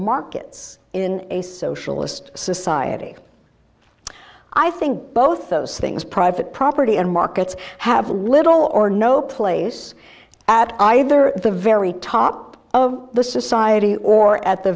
markets in a socialist society i think both those things private property and markets have little or no place at either the very top of the society or at the